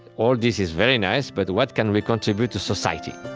all this is very nice, but what can we contribute to society?